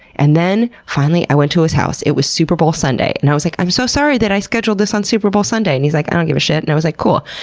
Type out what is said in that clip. and then finally i went to his house. it was super bowl sunday and i was like, i'm so sorry that i scheduled this on super bowl sunday! and he's like, i don't give a shit. and i was like, cool.